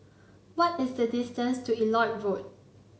what is the distance to Elliot Road